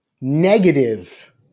negative